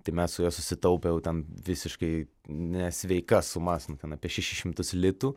tai mes su juo susitaupiau tam visiškai nesveikas sumas nu ten apie šešis šimtus litų